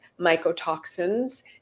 mycotoxins